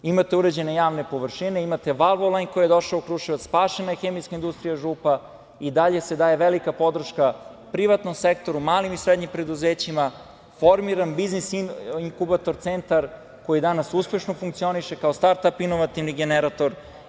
Imate uređene javne površine, imate „Valvolajn“ koji je došao u Kruševac, spašena je hemijska industrija „Župa“, i dalje se daje velika podrška privatnom sektoru, malim i srednjim preduzećima, formiran Biznis inkubator centar koji danas uspešno funkcioniše kao startap inovativni generator.